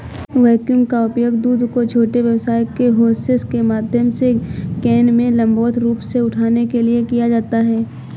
vacuum का उपयोग दूध को छोटे व्यास के होसेस के माध्यम से कैन में लंबवत रूप से उठाने के लिए किया जाता है